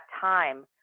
time